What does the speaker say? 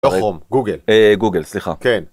גוגל, סליחה.